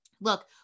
Look